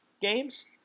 games